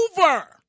over